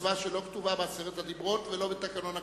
מצווה שלא כתובה בעשרת הדיברות ולא בתקנון הכנסת,